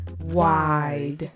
Wide